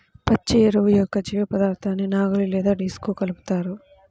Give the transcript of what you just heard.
పచ్చి ఎరువు యొక్క జీవపదార్థాన్ని నాగలి లేదా డిస్క్తో కలుపుతారు